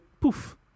poof